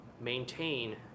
maintain